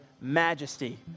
majesty